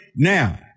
Now